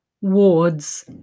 wards